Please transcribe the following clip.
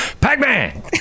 Pac-Man